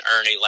Ernie